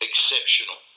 Exceptional